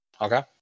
okay